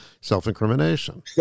self-incrimination